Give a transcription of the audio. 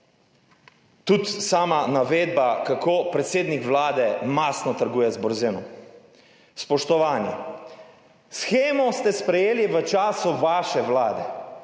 tudi sama navedba, kako predsednik Vlade mastno trguje z Borzenom. Spoštovani, shemo ste sprejeli v času vaše vlade.